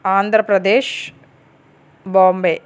Andhra Pradesh Bombay